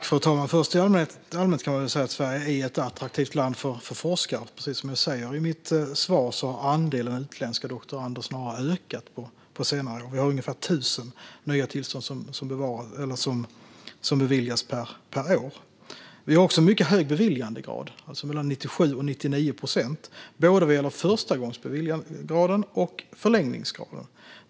Fru talman! Först kan man allmänt säga att Sverige är ett attraktivt land för forskare. Precis som jag säger i mitt svar har andelen utländska doktorander snarast ökat på senare år. Ungefär 1 000 nya tillstånd beviljas per år. Vi har också en mycket hög beviljandegrad, mellan 97 och 99 procent, både vad gäller förstagångsbeviljanden och förlängning.